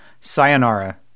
sayonara